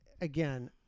again